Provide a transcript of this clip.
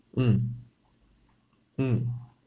mm mm